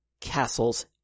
castles